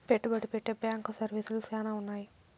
పెట్టుబడి పెట్టే బ్యాంకు సర్వీసులు శ్యానా ఉన్నాయి